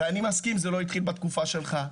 ואני מסכים, זה לא התחיל בתקופה שלך.